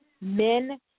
men